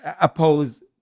oppose